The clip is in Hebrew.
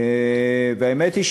האמת היא,